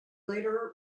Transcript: later